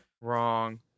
Wrong